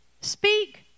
speak